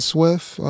Swift